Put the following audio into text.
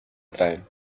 atraen